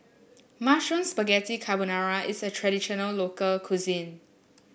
Mushroom Spaghetti Carbonara is a traditional local cuisine